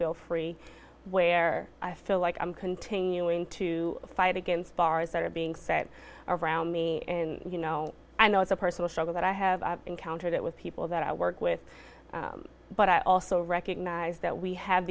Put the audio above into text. feel free where i feel like i'm continuing to fight against bars that are being set around me and you know i know it's a personal struggle that i have encountered it with people that i work with but i also recognize that we ha